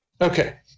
okay